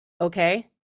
Okay